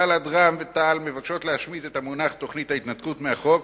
בל"ד ורע"ם-תע"ל מבקשות להשמיט את המונח "תוכנית ההתנתקות" מהחוק